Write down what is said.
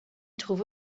trouve